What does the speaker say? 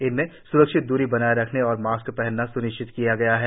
इनमें स्रक्षित दूरी बनाए रखना और मास्क पहनना स्निश्चित किया गया है